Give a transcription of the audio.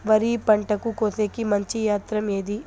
వరి పంటను కోసేకి మంచి యంత్రం ఏది?